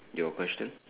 your question